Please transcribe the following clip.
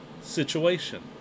situation